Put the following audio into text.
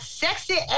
sexy